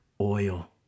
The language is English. oil